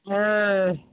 हँ